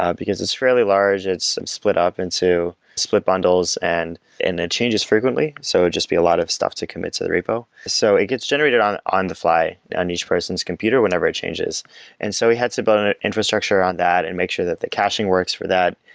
ah because it's fairly large, it's split up into split bundles and and it changes frequently, so it would just be a lot of stuff to commit to the repo. so it gets generated on on the fly, on each person's computer whenever it changes and so we had to build an infrastructure on that and make sure that the caching works for that.